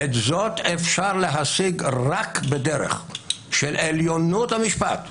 את זאת אפשר להשיג רק בדרך של עליונות המשפט לומר,